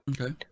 Okay